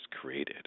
created